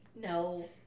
No